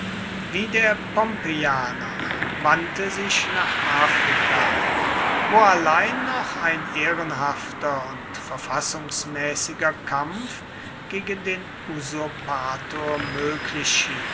wie der pompeianer wandte sich nach afrika wo allein noch ein ehrenhafter und verfassungsmäßiger kampf gegen den usurpator möglich